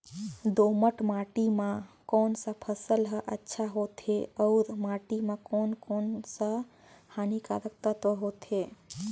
दोमट माटी मां कोन सा फसल ह अच्छा होथे अउर माटी म कोन कोन स हानिकारक तत्व होथे?